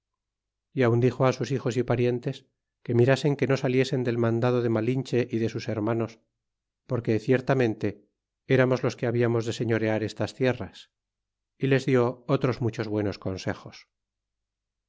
y aun dixo sus hijos y parientes que mirasen que no saliesen del mandado de malinche y de sus hermanos porque ciertamente eramos los que habiamos de señorear estas tierras y les dió otros muchos buenos consejos